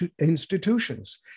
institutions